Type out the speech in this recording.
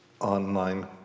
online